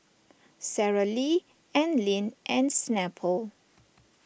Sara Lee Anlene and Snapple